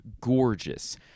gorgeous